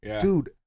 Dude